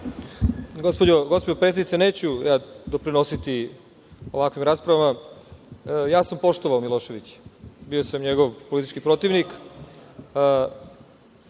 Gospođo predsednice, neću doprinositi ovakvim raspravama. Ja sam poštovao Miloševića, bio sam njegov politički protivnik